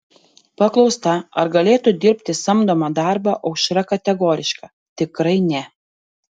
paklausta ar galėtų dirbti samdomą darbą aušra kategoriška tikrai ne